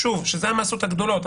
שאלה המסות הגדולות,